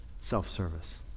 self-service